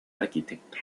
arquitecto